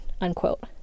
unquote